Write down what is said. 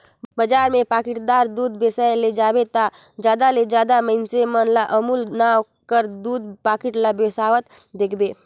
बजार में पाकिटदार दूद बेसाए ले जाबे ता जादा ले जादा मइनसे मन ल अमूल नांव कर दूद पाकिट ल बेसावत देखबे